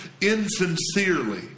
insincerely